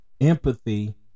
empathy